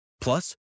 Plus